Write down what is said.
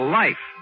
life